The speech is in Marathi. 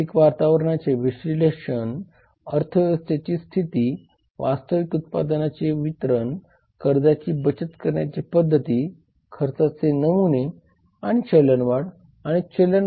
जल प्रतिबंधक आणि प्रदूषण नियंत्रण अधिनियम 1974